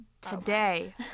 today